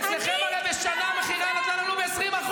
הרי אצלכם בשנה המכירה גדלה לנו ב-20%.